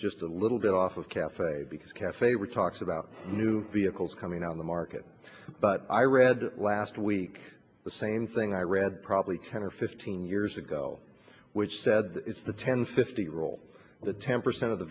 just a little bit off of cafe because cafe were talks about new vehicles coming on the market but i read it last week the same thing i read probably ten or fifteen years ago which said it's the ten fifty roll the temper sent of the